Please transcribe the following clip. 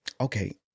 Okay